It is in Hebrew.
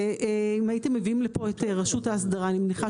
ואם הייתם מביאים לפה את רשות ההסדרה אני מניחה